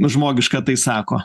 žmogiška tai sako